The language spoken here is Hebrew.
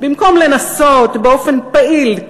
במקום לנסות באופן פעיל,